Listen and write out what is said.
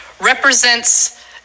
represents